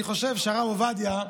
אני חושב שהרב עובדיה,